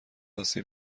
آسیب